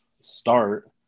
start